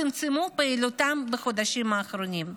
צמצמו פעילותן בחודשים האחרונים.